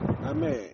Amen